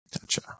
Gotcha